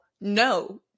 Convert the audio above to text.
no